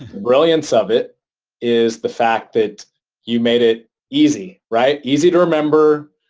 brilliance of it is the fact that you made it easy, right? easy to remember.